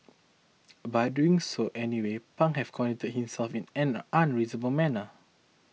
by doing so anyway Pang had conducted himself in an unreasonable manner